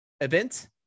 event